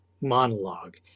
monologue